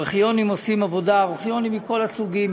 הארכיונים ארכיונים מכל הסוגים,